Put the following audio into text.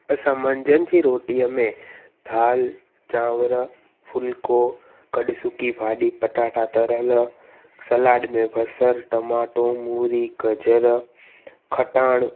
असां मंझंनि जी रोटीअ में दाल चांवर फ़ुलको कॾहिं सुकी भाॼी पटाटा तरियल सलाड में बसर टमाटो मूरी गजर खटाइणु